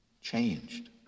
changed